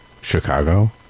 Chicago